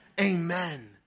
Amen